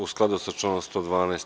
U skladu sa članom 112.